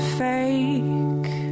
fake